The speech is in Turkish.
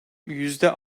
yüzde